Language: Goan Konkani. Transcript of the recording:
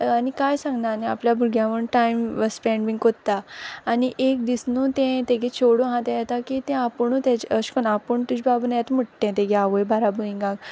आनी कांय सांगना आनी आपल्या भुरग्या बारा टायम स्पेन्ड बी कोत्ता आनी एक दीस न्हू तें तेगे चोडूं हा तें येता की तें आपुणू तेज अेश कोन्न आपूण तुज बाराबोर येत म्हूट तें तेगे आवोय बाराबोर इंगा